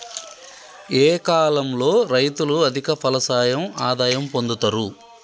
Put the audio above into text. ఏ కాలం లో రైతులు అధిక ఫలసాయం ఆదాయం పొందుతరు?